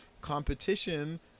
competition